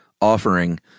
offering